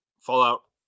Fallout